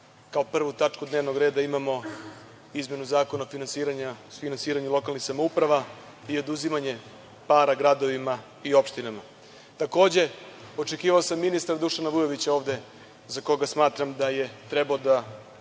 kao prvu tačku dnevnog reda imamo izmenu Zakona o finansiranju lokalnih samouprava i oduzimanje para gradovima i opštinama. Takođe, očekivao sam ministra Dušana Vujovića ovde, za koga smatram da je trebalo da,